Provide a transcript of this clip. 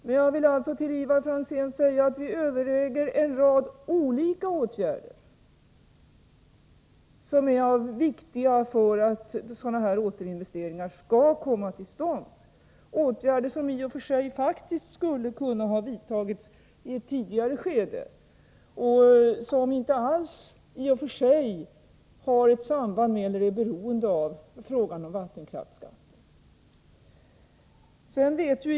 Men vi överväger, Ivar Franzén, en rad olika åtgärder som är viktiga för att återinvesteringar skall komma till stånd — åtgärder som i sig faktiskt skulle ha kunnat vidtas i ett tidigare skede och som inte alls har ett samband med eller är beroende av frågan om vattenkraftsskatten.